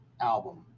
album